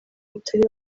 batari